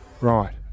right